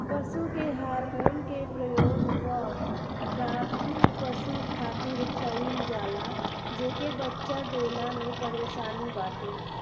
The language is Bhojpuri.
पशु के हार्मोन के प्रयोग उ गाभिन पशु खातिर कईल जाला जेके बच्चा देला में परेशानी बाटे